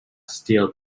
steel